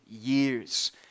years